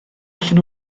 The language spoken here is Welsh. allan